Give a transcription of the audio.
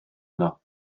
yno